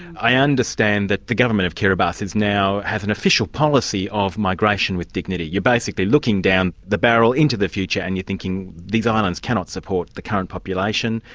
i understand that the government of kiribati is now, has an official policy of migration with dignity. you're basically looking down the barrel into the future and you're thinking, these islands cannot support the current population,